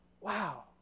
wow